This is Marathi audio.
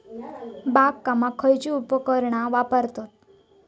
बागकामाक खयची उपकरणा वापरतत?